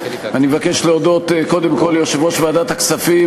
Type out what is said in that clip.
אני מבקש להודות קודם כול ליושב-ראש ועדת הכספים,